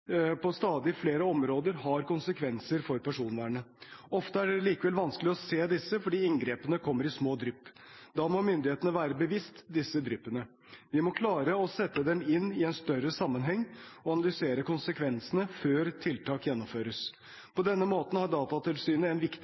på stadig flere områder har konsekvenser for personvernet. Ofte er det likevel vanskelig å se disse, fordi inngrepene kommer i små drypp. Da må myndighetene være bevisst disse dryppene. Vi må klare å sette dem inn i en større sammenheng og analysere konsekvensene før tiltak gjennomføres. På denne måten har Datatilsynet en viktig